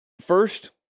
first